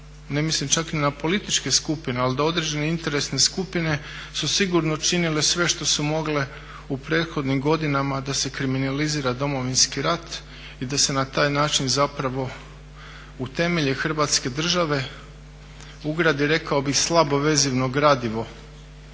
ne mislim čak ni na političke skupine ali da određene interesne skupine su sigurno činile sve što su mogle u prethodnim godinama da se kriminalizira Domovinski rat i da se na taj način zapravo u temelje Hrvatske države ugradi rekao bih slabo vezivno gradivo